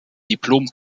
diplom